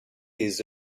des